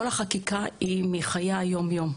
החקיקה היא מחיי היום-יום.